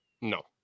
No